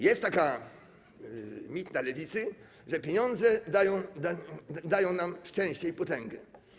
Jest taki mit na lewicy, że pieniądze dają nam szczęście i potęgę.